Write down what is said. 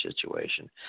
situation